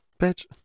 bitch